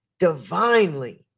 divinely